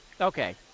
Okay